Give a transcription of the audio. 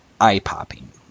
eye-popping